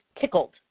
tickled